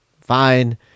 Fine